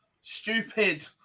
stupid